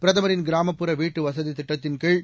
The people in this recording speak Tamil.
பிரதமரின் கிராமப்புற வீட்டு வசதித் திட்டத்தின் கீழ்